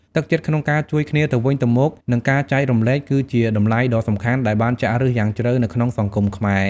ទឹកចិត្តក្នុងការជួយគ្នាទៅវិញទៅមក និងការចែករំលែក គឺជាតម្លៃដ៏សំខាន់ដែលបានចាក់ឫសយ៉ាងជ្រៅនៅក្នុងសង្គមខ្មែរ។